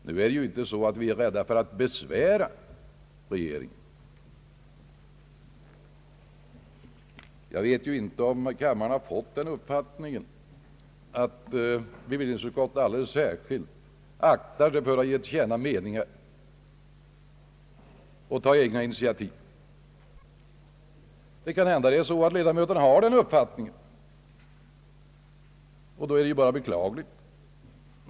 Vi är inte rädda för att besvära regeringen. Jag vet inte om kammaren har fått den uppfattningen att bevillningsutskottet alldeles särskilt aktar sig för att ge till känna sin mening och ta egna initiativ. Kanhända har ledamöterna den uppfattningen. Då är det ju bara beklagligt.